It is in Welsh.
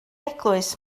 eglwys